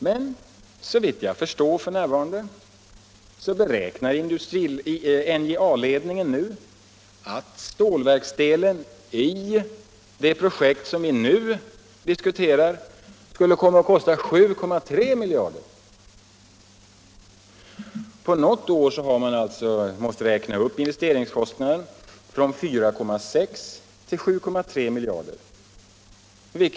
Men såvitt jag förstår beräknar NJA-ledningen nu att stålverksdelen i det projekt vi här diskuterar skall komma att kosta 7,3 miljarder kronor. På något mer än ett år har man alltså måst räkna upp investeringskostnaden från 4,6 till 7,3 miljarder kronor.